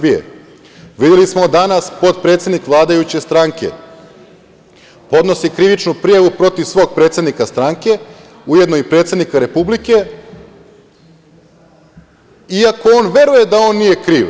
Videli smo danas da je potpredsednik vladajuće stranke podneo krivičnu prijavu protiv svog predsednika stranke, ujedno i predsednika Republike iako on veruje da on nije kriv.